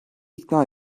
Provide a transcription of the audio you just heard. ikna